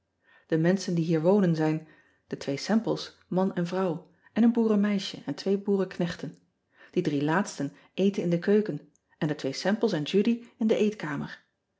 e menschen die hier wonen zijn de twee emples man en vrouw en een boerenmeisje en twee boerenknechten ie drie laatsten eten in de keuken en de twee emples en udy in de eetkamer